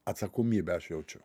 atsakomybę aš jaučiu